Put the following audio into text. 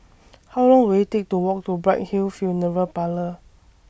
How Long Will IT Take to Walk to Bright Hill Funeral Parlour